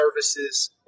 services